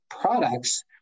products